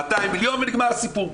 200 מיליון ונגמר הסיפור.